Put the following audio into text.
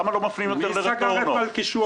מי סגר את "מלכישוע"?